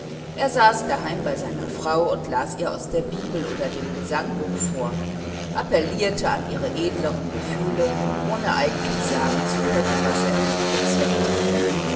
er saß daheim bei seiner frau und las ihr aus der bibel oder dem gesangbuch vor appellierte an ihre edleren gefühle ohne eigentlich sagen zu können was er damit bezweckte